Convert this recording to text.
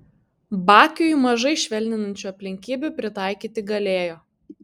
bakiui mažai švelninančių aplinkybių pritaikyti galėjo